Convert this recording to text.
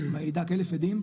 מעידה כאלף עדים,